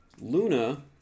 Luna